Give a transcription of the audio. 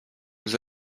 aux